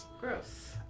Gross